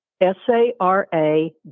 s-a-r-a